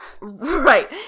right